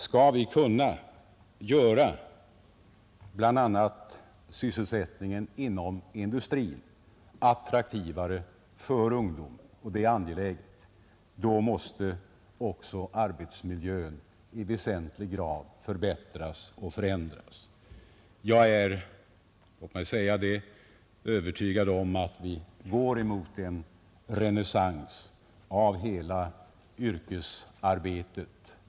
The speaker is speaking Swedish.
Skall vi kunna göra bl.a. sysselsättningen inom industrin attraktivare för ungdomen — och det är angeläget — måste också arbetsmiljön i väsentlig grad förbättras och förändras. Jag är, låt mig säga det, övertygad om att vi går mot en renässans av hela yrkesarbetet.